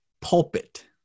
pulpit